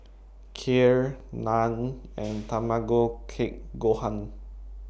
Kheer Naan and Tamago Kake Gohan